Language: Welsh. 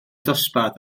dosbarth